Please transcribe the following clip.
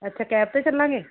ਅੱਛਾ ਕੈਬ 'ਤੇ ਚੱਲਾਂਗੇ